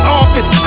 office